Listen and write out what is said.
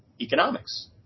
economics